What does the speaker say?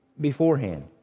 beforehand